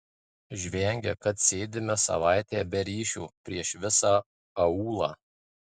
žvengia kad sėdime savaitę be ryšio prieš visą aūlą